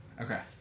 Okay